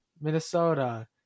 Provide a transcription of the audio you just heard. Minnesota